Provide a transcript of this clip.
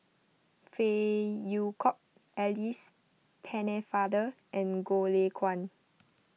Phey Yew Kok Alice Pennefather and Goh Lay Kuan